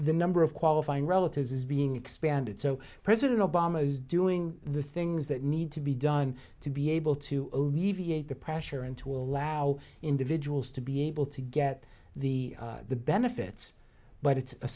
the number of qualifying relatives is being expanded so president obama is doing the things that need to be done to be able to alleviate the pressure and to allow individuals to be able to get the the benefits but it's a